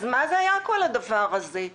אז מה היה כל הדבר הזה?